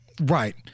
Right